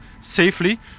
safely